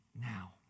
now